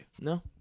No